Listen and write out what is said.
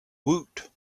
woot